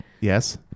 Yes